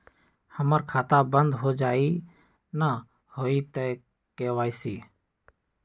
हमर खाता बंद होजाई न हुई त के.वाई.सी?